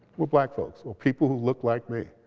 were black folks, or people who looked like me.